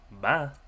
Bye